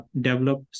develop